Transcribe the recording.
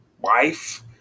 wife